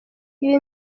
ibi